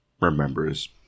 remembers